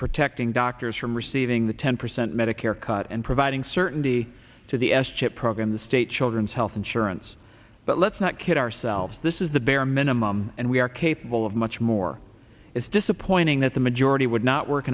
protecting doctors from receiving the ten percent medicare cut and providing certainty to the s chip program the state children's health insurance but let's not kid ourselves this is the bare minimum and we are capable of much more it's disappointing that the majority would not work